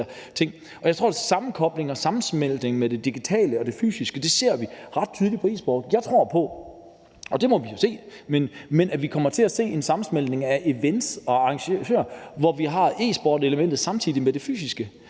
kan se en sammenkobling og sammensmeltning mellem det digitale og det fysiske i e-sporten. Jeg tror på, og det må vi så få at se, at vi kommer til at se en sammensmeltning af events og arrangør, hvor vi har e-sportselementet samtidig med det fysiske